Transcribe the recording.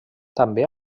també